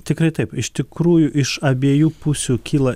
tikrai taip iš tikrųjų iš abiejų pusių kyla